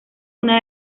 una